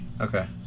Okay